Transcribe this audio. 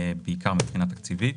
בעיקר מבחינה תקציבית,